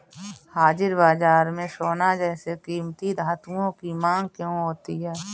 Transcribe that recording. हाजिर बाजार में सोना जैसे कीमती धातुओं की मांग क्यों होती है